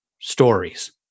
stories